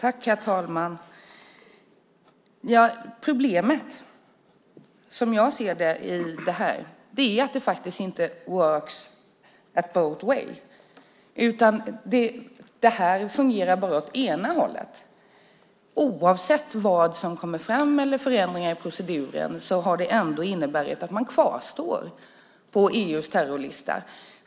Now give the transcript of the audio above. Herr talman! Problemet, som jag ser det, är att det faktiskt inte works both ways . Det här fungerar bara åt ena hållet. Oavsett vad som kommer fram eller förändringar i proceduren har det ändå inneburit att man kvarstår på EU:s terrorlista.